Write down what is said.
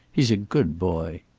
he's a good boy.